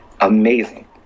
Amazing